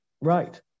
right